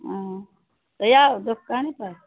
ह्म्म तऽ इएह दोकाने पर